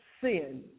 sin